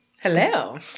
Hello